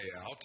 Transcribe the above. out